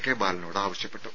K ബാലനോട് ആവശ്യപ്പെട്ടു